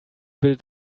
build